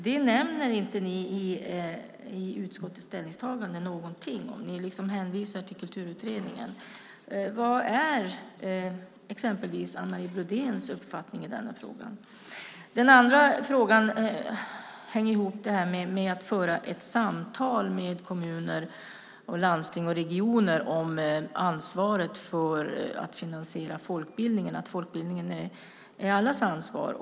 Det nämner ni ingenting om i utskottets ställningstagande, utan ni hänvisar till Kulturutredningen. Vad är exempelvis Anne Marie Brodéns uppfattning i denna fråga? Min andra fråga hänger ihop med att man ska föra samtal med kommuner, landsting och regioner om ansvaret för att finansiera folkbildningen - att folkbildningen är allas ansvar.